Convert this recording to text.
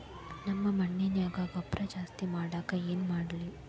ನಮ್ಮ ಮಣ್ಣಿನ್ಯಾಗ ಗೊಬ್ರಾ ಜಾಸ್ತಿ ಮಾಡಾಕ ಏನ್ ಮಾಡ್ಲಿ?